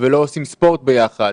לא עושים ספורט ביחד,